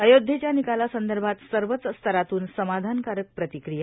अयोध्येच्या निकालासंदर्भात सर्वच स्तरातून समाधानकारक प्रतिक्रिया